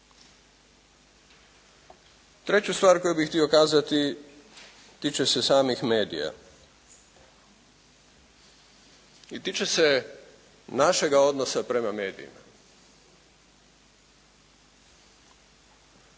Treću stvar koju bih htio kazati tiče se samih medija i tiče se našega odnosa prema medijima.